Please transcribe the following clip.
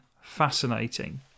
fascinating